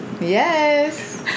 Yes